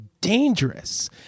dangerous